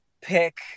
pick